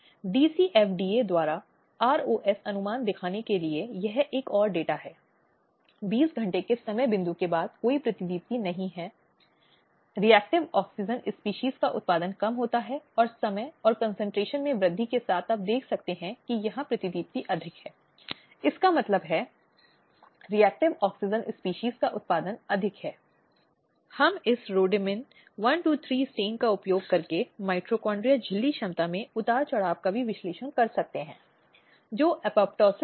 इसलिए चाहे वह आपराधिक अदालतें ही क्यों न हों या उच्च न्यायालय उस मामले के लिए कई मामलों में हमने देखा है कि उन्होंने महिलाओं के अधिकारों को बनाए रखने में उल्लेखनीय भूमिका निभाई है